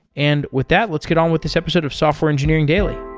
and with that, let's get on with this episode of software engineering daily